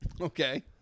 Okay